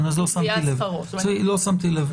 לא שמתי לב.